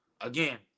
again